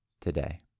today